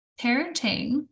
parenting